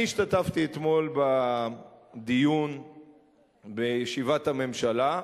אני השתתפתי אתמול בדיון בישיבת הממשלה.